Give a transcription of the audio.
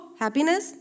happiness